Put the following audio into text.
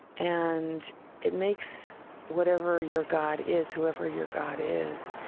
and it makes whatever your god is, whoever your god is,